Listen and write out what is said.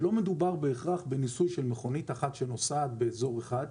שלא מדובר בהכרח בניסוי של מכונית אחת שנוסעת באזור אחד.